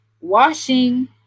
Washing